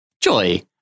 Joy